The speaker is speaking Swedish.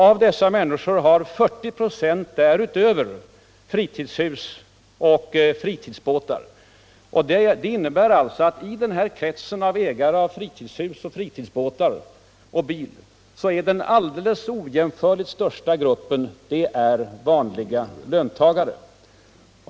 Av dessa har 40 "+ därnöver fritidshus och fritidsbåtar. Det innebär alltså att I denna krets av ägare av fritidshus och . fritidsbåtar och bil är den ojämförligt största gruppen ”vanliga löntagare”.